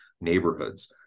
neighborhoods